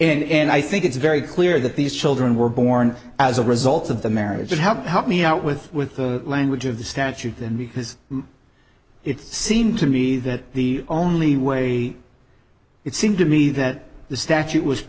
and i think it's very clear that these children were born as a result of the marriage and have helped me out with with the language of the statute then because it seemed to me that the only way it seemed to me that the statute was